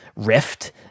rift